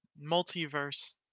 multiverse